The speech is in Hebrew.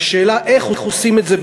השאלה איך עושים את זה,